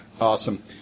Awesome